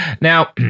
Now